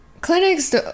Clinics